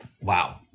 Wow